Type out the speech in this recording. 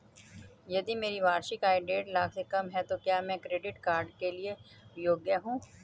यदि मेरी वार्षिक आय देढ़ लाख से कम है तो क्या मैं क्रेडिट कार्ड के लिए योग्य हूँ?